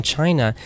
China